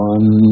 One